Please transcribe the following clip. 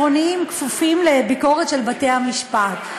העירוניים כפופים לביקורת של בתי-המשפט.